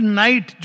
night